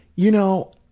you know,